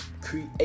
create